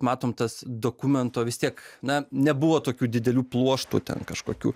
matom tas dokumento vis tiek na nebuvo tokių didelių pluoštų ten kažkokių